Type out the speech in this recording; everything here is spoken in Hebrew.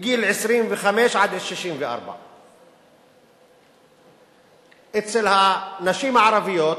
מגיל 25 64. אצל הנשים הערביות,